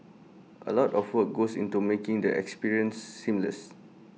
A lot of work goes into making the experience seamless